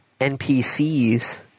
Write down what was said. NPCs